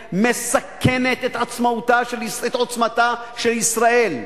מסכנת את עוצמתה של מדינת ישראל.